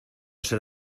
ser